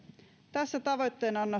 tässä tavoitteen